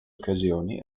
occasioni